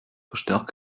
verstärkt